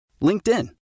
LinkedIn